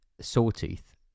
Sawtooth